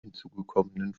hinzugekommenen